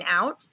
out